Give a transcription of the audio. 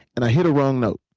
and i hit a wrong note.